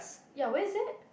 ya where is that